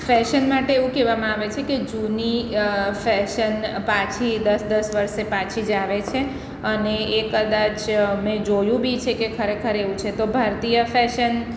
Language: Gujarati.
ફેશન માટે એવું કહેવામાં આવે છે કે જૂની ફેશન પાછી દસ દસ વર્ષે પાછી જ આવે છે અને એ કદાચ મેં જોયું બી છે કે ખરેખર એવું છે તો ભારતીય ફેશન